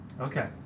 Okay